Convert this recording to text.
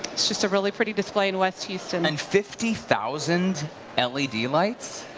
it's just a really pretty display in west houston. and fifty thousand l e d. lights?